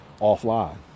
offline